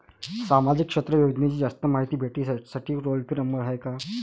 सामाजिक क्षेत्र योजनेची जास्त मायती भेटासाठी टोल फ्री नंबर हाय का?